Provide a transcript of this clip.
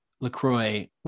LaCroix